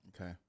Okay